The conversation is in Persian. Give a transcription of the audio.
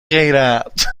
غیرت